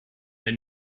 der